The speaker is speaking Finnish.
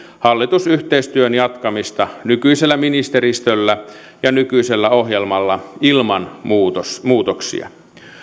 hallitusyhteistyön jatkamista nykyisellä ministeristöllä ja nykyisellä ohjelmalla ilman muutoksia